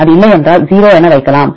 அது இல்லையென்றால் 0 என வைக்கலாம்